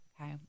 Okay